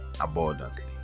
abundantly